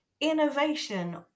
innovation